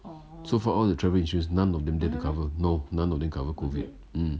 so for all the travel insurance none of them dare to cover no none of them COVID